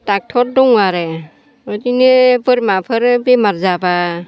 doctor दं आरो बिदिनो बोरमाफोर बेमार जाब्ला